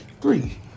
three